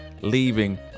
leaving